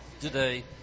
today